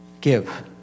give